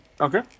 Okay